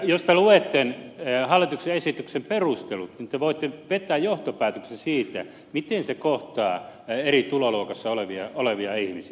jos te luette hallituksen esityksen perustelut niin te voitte vetää johtopäätöksen siitä miten se kohtaa eri tuloluokassa olevia ihmisiä